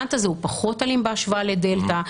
שהווריאנט הזה הוא פחות אלים בהשוואה לדלתא.